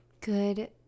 Good